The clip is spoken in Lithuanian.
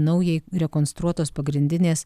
naujai rekonstruotos pagrindinės